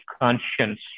conscience